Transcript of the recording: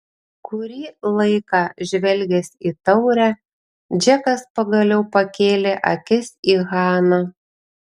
kurį laiką žvelgęs į taurę džekas pagaliau pakėlė akis į haną